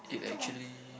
come on